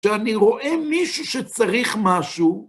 כשאני רואה מישהו שצריך משהו,